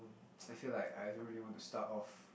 I feel like I don't really want to start off